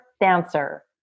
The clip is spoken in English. dancer